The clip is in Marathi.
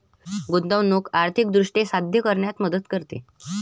गुंतवणूक आर्थिक उद्दिष्टे साध्य करण्यात मदत करते